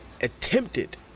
attempted